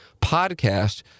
podcast